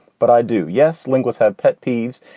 but i do. yes. linguist have pet peeves.